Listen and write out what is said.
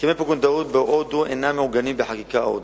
הסכמי פונדקאות בהודו אינם מעוגנים בחקיקה ההודית,